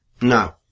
No